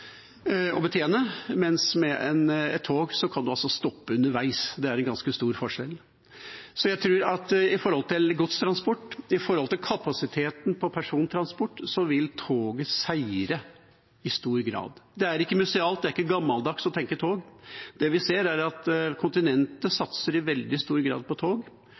å betjene, mens med et tog kan man stoppe underveis. Det er en ganske stor forskjell. Jeg tror at når det gjelder godstransport, og når det gjelder kapasiteten på persontransport, vil toget seire i stor grad. Det er ikke musealt, det er ikke gammeldags, å tenke tog. Det vi ser, er at kontinentet i veldig stor grad satser på tog.